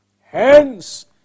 Hence